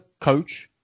coach